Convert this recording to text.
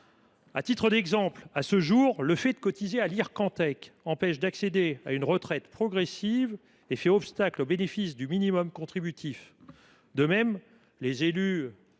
À titre d’exemple, à ce jour, cotiser à l’Ircantec empêche d’accéder à une retraite progressive et fait obstacle au bénéfice du minimum contributif. De même, les élus